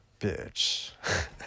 Bitch